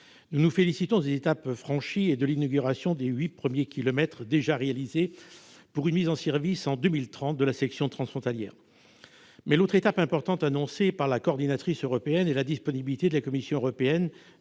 Nous nous félicitons des étapes franchies et de l'inauguration des neuf premiers kilomètres déjà réalisés, en vue d'une mise en service en 2030 de la section transfrontalière. L'autre étape importante annoncée par la coordinatrice européenne est le fait que la Commission européenne